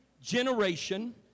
generation